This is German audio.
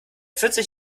vierzig